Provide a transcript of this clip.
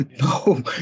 no